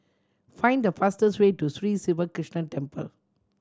find the fastest way to Sri Siva Krishna Temple